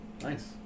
Nice